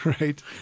Right